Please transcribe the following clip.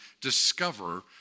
discover